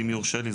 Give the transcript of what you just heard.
ואם יורשה לי,